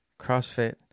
CrossFit